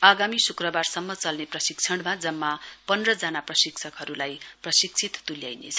आगामी श्क्रबारसम्म चल्ने प्रशिक्षणमा जम्मा पन्धजना प्रशिक्षकहरूलाई प्रशिक्षित तुल्याइनेछ